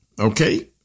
okay